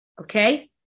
Okay